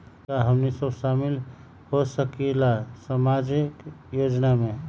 का हमनी साब शामिल होसकीला सामाजिक योजना मे?